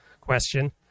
question